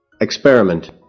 Experiment